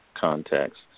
context